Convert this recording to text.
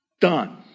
Done